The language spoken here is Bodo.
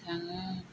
थाङो